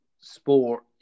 sport